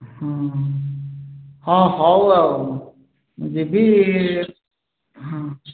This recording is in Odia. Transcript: ହଁ ହେଉ ଆଉ ଯିବି ହଁ